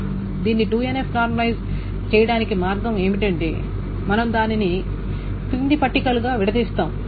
దీన్ని 2 NF normalise చేయటానికి మార్గం ఏమిటంటే మనం దానిని క్రింది పట్టికలుగా విడదీస్తాము